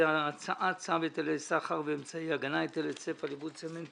זה הגנה הצעת צו היטלי סחר ואמצעי הגנה (היטל היצף על יבוא צמנט